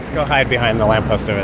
go hide behind the lamp post over